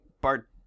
Bart